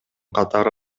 катары